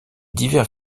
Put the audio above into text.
divers